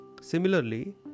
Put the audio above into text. Similarly